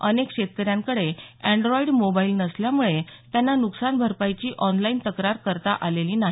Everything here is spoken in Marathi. अनेक शेतकऱ्यांकडे अॅन्ड्राईड मोबाईल नसल्यामुळे त्यांना नुकसान भरपाईची ऑनलाईन तक्रार करता आलेली नाही